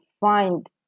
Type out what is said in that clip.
find